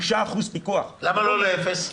למה לא לאפס?